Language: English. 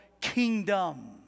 kingdom